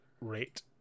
rate